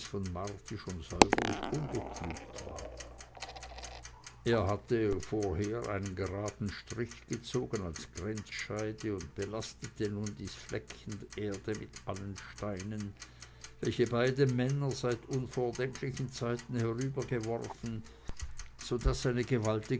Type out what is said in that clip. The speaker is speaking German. von marti schon säuberlich umgepflügt war er hatte vorher einen graden strich gezogen als grenzscheide und belastete nun dies fleckchen erde mit allen steinen welche beide männer seit unvordenklichen zeiten herübergeworfen so daß eine gewaltige